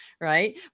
right